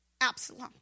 Absalom